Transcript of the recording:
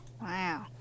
wow